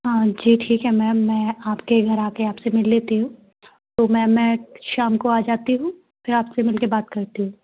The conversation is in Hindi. हाँ जी ठीक है मैम मैं आपके घर आके आपसे मिल लेती हूँ तो मैम मैं शाम को आ जाती हूँ फिर आपसे मिल के बात करती हूँ